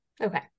okay